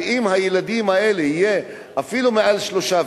אם הילדים האלה יהיו אפילו מעל שלושה,